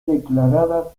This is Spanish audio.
declarada